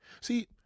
See